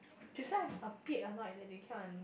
this one a bit annoyed that it can't